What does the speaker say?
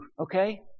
okay